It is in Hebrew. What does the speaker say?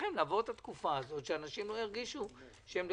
לעבור את התקופה הזו, ושאנשים לא ירגישו לחוצים.